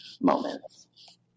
moments